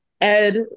Ed